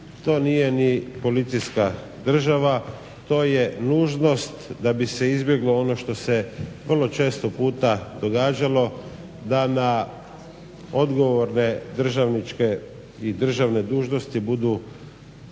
to nije ni policijska država. To je nužnost da bi se izbjeglo ono što se vrlo često puta događalo. Da na odgovorene državničke i državne dužnosti budu